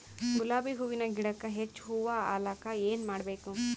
ಗುಲಾಬಿ ಹೂವಿನ ಗಿಡಕ್ಕ ಹೆಚ್ಚ ಹೂವಾ ಆಲಕ ಏನ ಮಾಡಬೇಕು?